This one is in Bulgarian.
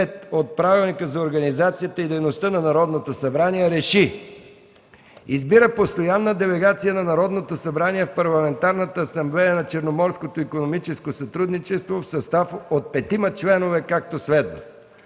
от Правилника за организацията и дейността на Народното събрание Р Е Ш И: 1. Избира Постоянна делегация на Народното събрание в Парламентарната асамблея на Черноморското икономическо сътрудничество в състав от 5 члена, както следва: